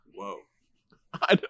Whoa